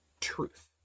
truth